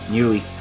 Nearly